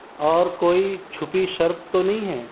اور کوئی چھپی شرط تو نہیں ہے